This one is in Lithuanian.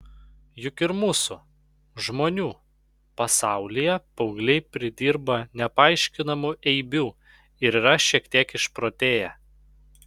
juk ir mūsų žmonių pasaulyje paaugliai pridirba nepaaiškinamų eibių ir yra šiek tiek išprotėję